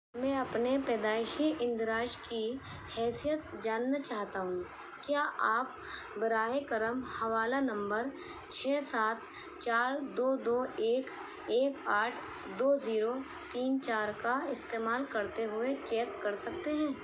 میں اپنے پیدائشی اندراج کی حیثیت جاننا چاہتا ہوں کیا آپ براہ کرم حوالہ نمبر چھ سات چار دو دو ایک ایک آٹھ دو زیرو تین چار کا استعمال کرتے ہوئے چیک کر سکتے ہیں